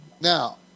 Now